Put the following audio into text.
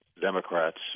Democrats